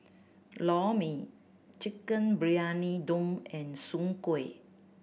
Lor Mee Chicken Briyani Dum and soon kway